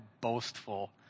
boastful